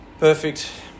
perfect